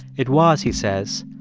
it was, he says,